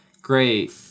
great